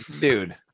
dude